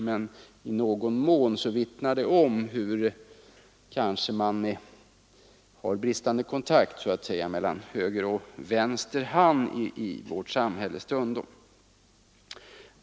Detta vittnar dock i någon mån om bristande kontakt mellan höger och vänster hand.